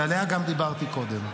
שעליה גם דיברתי קודם.